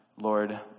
Lord